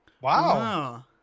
Wow